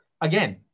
again